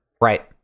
Right